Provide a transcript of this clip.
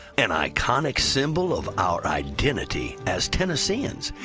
an iconic symbol of our identity as tennesseans.